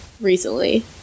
recently